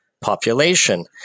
population